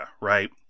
right